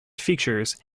features